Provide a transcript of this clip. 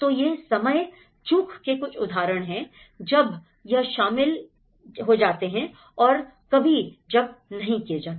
तो ये समय चूक के कुछ उदाहरण हैं जब यह शामिल यह जाते हैं और कभी जब नहीं किए जाते